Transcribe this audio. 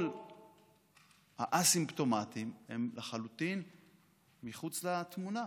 כל הא-סימפטומטיים הם לחלוטין מחוץ לתמונה,